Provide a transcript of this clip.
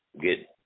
get